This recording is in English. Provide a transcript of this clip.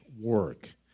work